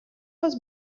was